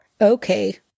Okay